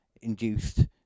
induced